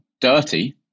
dirty